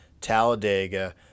Talladega